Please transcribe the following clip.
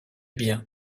bien